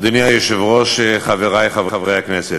אדוני היושב-ראש, חברי חברי הכנסת,